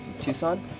Tucson